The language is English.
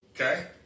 Okay